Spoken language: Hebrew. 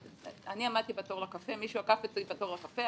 אני עמדתי בתור לקפה, מישהו עקף את התור לקפה.